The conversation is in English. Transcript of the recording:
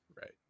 Right